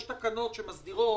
יש תקנות שמסדירות